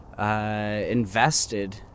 Invested